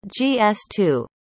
GS2